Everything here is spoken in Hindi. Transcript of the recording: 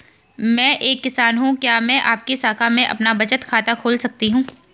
मैं एक किसान हूँ क्या मैं आपकी शाखा में अपना बचत खाता खोल सकती हूँ?